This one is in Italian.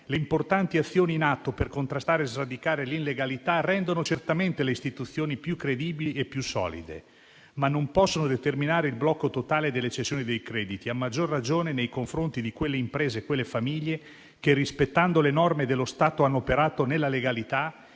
le importanti azioni in atto per contrastare e sradicare l'illegalità rendono certamente le istituzioni più credibili e più solide, ma non possono determinare il blocco totale delle cessioni dei crediti, a maggior ragione nei confronti di quelle imprese e quelle famiglie che, rispettando le norme dello Stato, hanno operato nella legalità